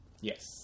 Yes